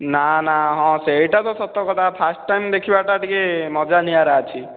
ନା ନା ହଁ ସେଇଟା ତ ସତ କଥା ଫାଷ୍ଟ୍ ଟାଇମ୍ ଦେଖିବାଟା ଟିକିଏ ମଜା ନିଆରା ଅଛି